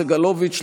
יואב סגלוביץ',